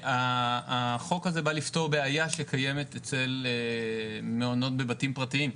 החוק הזה בא לפתור בעיה שקיימת אצל מעונות בבתים פרטיים.